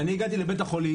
כשאני הגעתי לבית החולים,